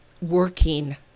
working